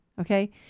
okay